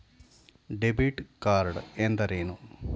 Debit card ಎಂದರೇನು?